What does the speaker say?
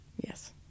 Yes